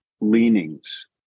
leanings